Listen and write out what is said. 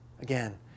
again